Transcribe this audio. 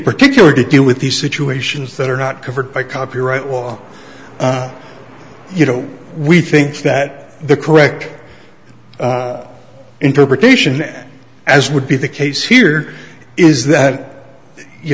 particular to deal with these situations that are not covered by copyright law you know we think that the correct interpretation and as would be the case here is that you